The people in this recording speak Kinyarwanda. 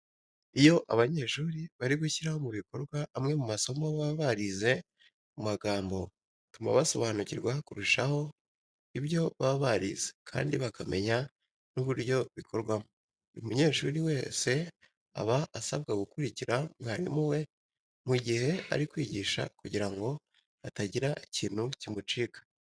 Iyo abanyeshuri bari gushyira mu bikorwa amwe mu masomo baba barize mu magambo bituma basobanukirwa kurushaho ibyo baba barize kandi bakamenya n'uburyo bikorwamo. Buri munyeshuri wese aba asabwa gukurikira umwarimu we mu gihe ari kwigisha kugira ngo hatagira ikintu kimucika.